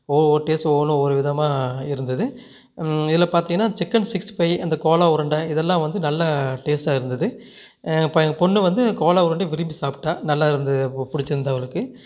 ஒவ்வொரு டேஸ்ட்டும் ஒவ்வொன்றும் ஒவ்வொரு விதமாக இருந்தது இதில் பாத்தீங்கனா சிக்கன் சிக்ஸ்டி ஃபைவ் அந்த கோலா உருண்டை இதெல்லாம் வந்து நல்லா டேஸ்ட்டாக இருந்துது ப எங்க பொண்ணு வந்து கோலா உருண்டையும் விரும்பி சாப்பிடா நல்லாருந்தது பிடிச்சிருந்துது அவளுக்கு